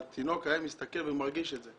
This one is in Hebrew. התינוק היה מסתכל ומרגיש את זה.